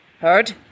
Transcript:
Heard